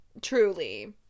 Truly